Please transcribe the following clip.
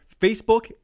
Facebook